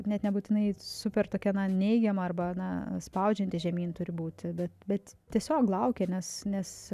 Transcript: net nebūtinai super tokia neigiama arba na spaudžianti žemyn turbūt bet tiesiog laukia nes nes